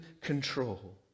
control